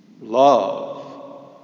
love